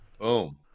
Boom